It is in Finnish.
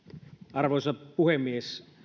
arvoisa puhemies